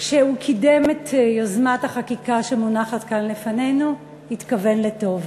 כשהוא קידם את יוזמת החקיקה שמונחת כאן לפנינו התכוון לטוב.